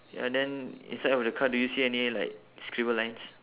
ya then inside of the car do you see any like scribble lines